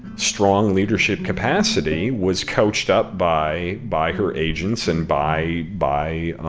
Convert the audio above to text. strong leadership capacity, was coached up by by her agents and by by